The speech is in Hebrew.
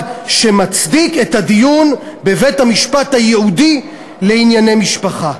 שמצדיק את הדיון בבית-המשפט הייעודי לענייני משפחה?